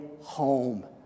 home